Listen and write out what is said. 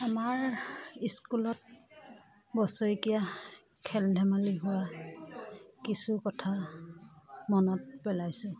আমাৰ স্কুলত বছৰেকীয়া খেল ধেমালি হোৱা কিছু কথা মনত পেলাইছোঁ